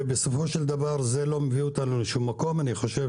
ובסופו של דבר זה לא הביא לשום מקום, אני חושב